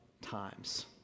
times